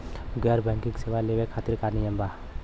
गैर बैंकिंग सेवा लेवे खातिर का नियम बा?